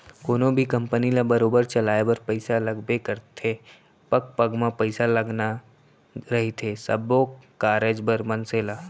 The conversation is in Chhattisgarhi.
कोनो भी कंपनी ल बरोबर चलाय बर पइसा लगबे करथे पग पग म पइसा लगना रहिथे सब्बो कारज बर मनसे ल